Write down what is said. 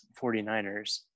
49ers